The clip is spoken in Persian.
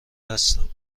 هستم